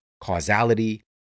causality